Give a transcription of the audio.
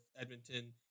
Edmonton